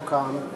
בתיאום עם השר.